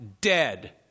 dead